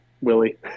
Willie